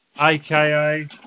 aka